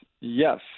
yes